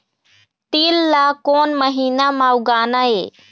तील ला कोन महीना म उगाना ये?